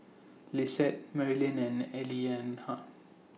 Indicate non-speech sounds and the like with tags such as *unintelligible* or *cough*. Lisette Marylin and *unintelligible*